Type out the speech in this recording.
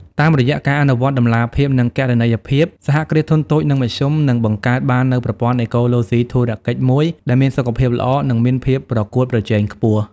តាមរយៈការអនុវត្តតម្លាភាព និងគណនេយ្យភាព សហគ្រាសធុនតូច និងមធ្យម នឹងបង្កើតបាននូវប្រព័ន្ធអេកូឡូស៊ីធុរកិច្ចមួយដែលមានសុខភាពល្អ និងមានភាពប្រកួតប្រជែងខ្ពស់។